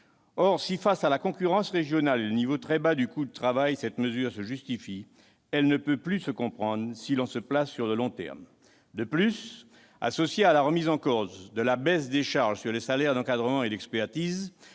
Si, face à la concurrence régionale et au niveau très bas du coût du travail, cette mesure se justifie, elle ne peut plus se comprendre si l'on se place sur le long terme. De plus, associée à la remise en cause de la baisse des charges sur les salaires d'encadrement et d'expertise,